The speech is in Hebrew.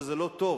וזה לא טוב.